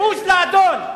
בוז לאדון,